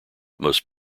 most